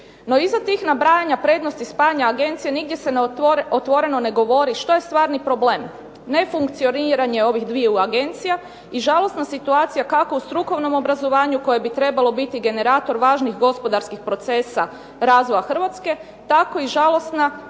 No iza tih nabrajanja prednosti spajanja agencije nigdje se otvoreno ne govori što je stvarni problem, nefunkcioniranje ovih dviju agencija i žalosna situacija kako u strukovnom obrazovanju koje bi trebalo biti generator važnih gospodarskih procesa razvoja Hrvatske, tako i žalosna,